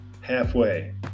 halfway